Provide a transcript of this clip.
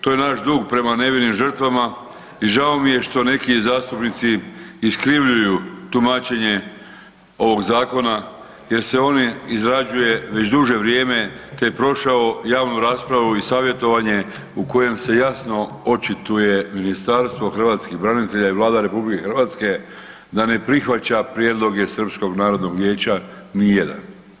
To je naš dug prema nevinim žrtvama i žao mi je što neki zastupnici iskrivljuju tumačenje ovog zakona jer se on izrađuje već duže vrijeme te je prošao javnu raspravu i savjetovanje u kojem se jasno očituje Ministarstvo hrvatskih branitelja i Vlada RH da ne prihvaća prijedloge Srpskog narodnog vijeća, ni jedan.